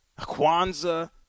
Kwanzaa